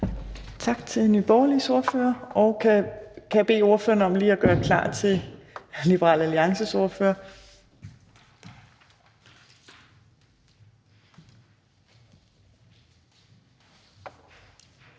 Tak til Nye Borgerliges ordfører, og kan jeg bede ordføreren om lige at gøre klar til Liberal Alliances ordfører?